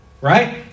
Right